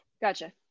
Gotcha